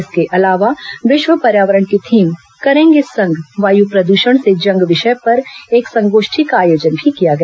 इसके अलावा विश्व पर्यावरण की थीम करेंगे संग वायु प्रद्षण से जंग विषय पर एक संगोष्ठी का आयोजन भी किया गया